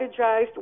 strategized